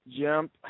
jump